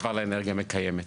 למעבר לאנרגיה מקיימת.